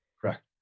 Correct